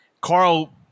Carl